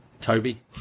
Toby